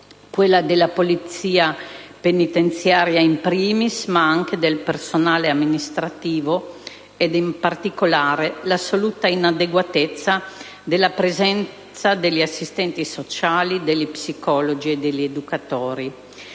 quello della polizia penitenziaria, ma anche del personale amministrativo, ed in particolare l'assoluta inadeguatezza della presenza degli assistenti sociali, degli psicologi e degli educatori.